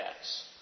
yes